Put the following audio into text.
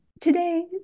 Today